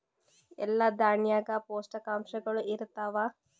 ಎಲ್ಲಾ ದಾಣ್ಯಾಗ ಪೋಷಕಾಂಶಗಳು ಇರತ್ತಾವ?